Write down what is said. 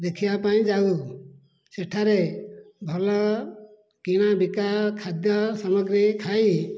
ଦେଖିବାପାଇଁ ଯାଉ ସେଠାରେ ଭଲ କିଣା ବିକା ଖାଦ୍ୟ ସାମଗ୍ରୀ ଖାଇ